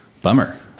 Bummer